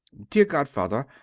dear godfather,